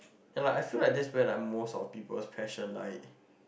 and like I feel like that's plan like most of people passion like